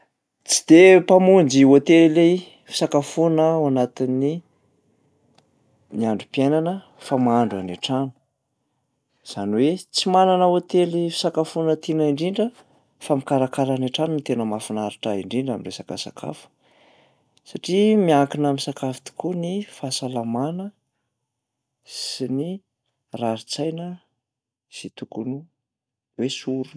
Tsy de mpamonjy hôtely fisakafoana aho ao anatin'ny- ny androm-piainana fa mahandro any an-trano. Zany hoe tsy manana hôtely fisakafoana tiana indrindra aho fa mikarakara any an-trano no tena mahafinaritra ahy indrindra am'resaka sakafo satria miankina am'sakafo tokoa ny fahasalamana sy ny rarin-tsaina zay tokony ho- hoesorina.